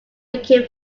became